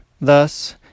Thus